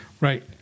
Right